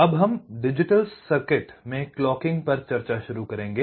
अब हम digital circuit में क्लॉकिंग पर चर्चा शुरू करेंगे